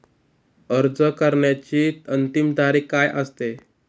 अर्ज करण्याची अंतिम तारीख काय असते?